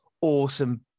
awesome